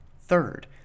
third